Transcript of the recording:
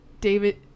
David